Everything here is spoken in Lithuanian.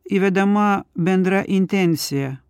įvedama bendra intencija